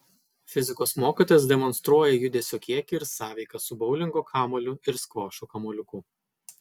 fizikos mokytojas demonstruoja judesio kiekį ir sąveiką su boulingo kamuoliu ir skvošo kamuoliuku